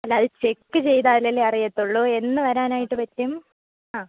അല്ല അത് ചെക്ക് ചെയ്താലല്ലേ അറിയുള്ളൂ എന്ന് വരാനായിട്ട് പറ്റും ആ